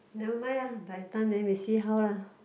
never mind ah by the time then we see how lah